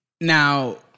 now